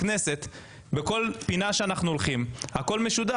בכל פינה בכנסת הכל משודר